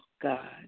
God